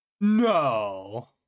No